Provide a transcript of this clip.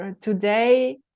today